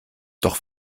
doch